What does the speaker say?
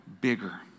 bigger